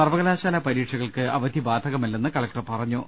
സർവകലാശാലാ പരീക്ഷകൾക്ക് അവധി ബാധ കമല്ലെന്നും കലക്ടർ പറഞ്ഞു